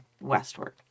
westward